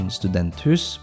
studenthus